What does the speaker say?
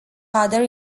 other